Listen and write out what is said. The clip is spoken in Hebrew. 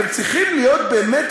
אתם צריכים להיות באמת,